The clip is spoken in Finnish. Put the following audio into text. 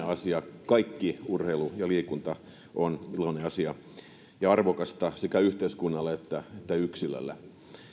asia kaikki urheilu ja liikunta on iloinen asia ja arvokasta sekä yhteiskunnalle että yksilölle